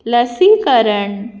लसीकरण